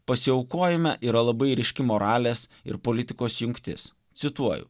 pasiaukojime yra labai ryški moralės ir politikos jungtis cituoju